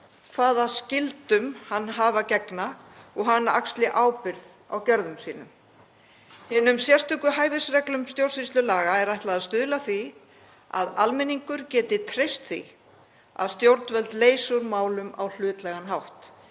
hvaða skyldum hann hefur að gegna og að hann axli ábyrgð á gjörðum sínum. Hinum sérstöku hæfisreglum stjórnsýslulaga er ætlað að stuðla að því að almenningur geti treyst því að stjórnvöld leysi úr málum á hlutlægan hátt.